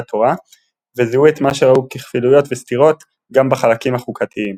התורה וזיהו את מה שראו ככפילויות וסתירות גם בחלקים החוקתיים.